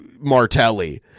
martelli